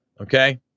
Okay